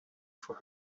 for